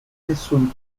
nessun